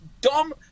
dumb